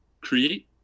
create